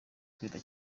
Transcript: kwita